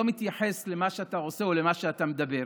מתייחס למה שאתה עושה או למה שאתה מדבר,